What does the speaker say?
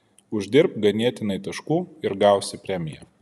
uždirbk ganėtinai taškų ir gausi premiją